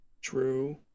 True